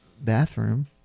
bathroom